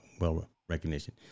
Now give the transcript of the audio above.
well-recognition